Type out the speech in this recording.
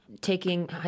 taking